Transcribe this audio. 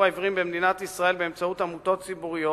העיוורים במדינת ישראל באמצעות עמותות ציבוריות